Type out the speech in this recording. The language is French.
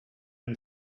une